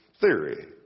theory